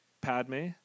Padme